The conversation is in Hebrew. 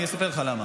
אני אספר לך למה.